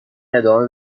ادامه